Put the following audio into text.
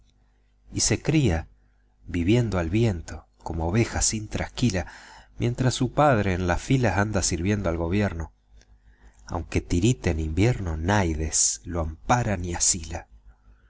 y se cría viviendo al viento como oveja sin trasquila mientras su padre en las filas anda sirviendo al gobierno aunque tirite en invierno naides lo ampara ni asila